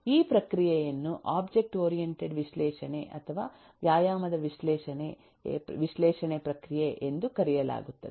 ಈ ಪ್ರಕ್ರಿಯೆಯನ್ನು object oriented ವಿಶ್ಲೇಷಣೆ ಅಥವಾ ವ್ಯಾಯಾಮದ ವಿಶ್ಲೇಷಣೆ ಪ್ರಕ್ರಿಯೆ ಎಂದು ಕರೆಯಲಾಗುತ್ತದೆ